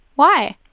why?